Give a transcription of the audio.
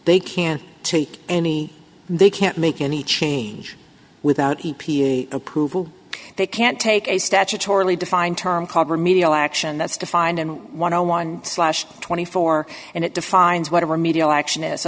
they can't take any they can't make any change without approval they can't take a statutorily defined term called remedial action that's defined and one on one slash twenty four and it defines what a remedial action is so